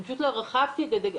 אני פשוט לא הרחבתי את זה.